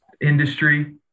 industry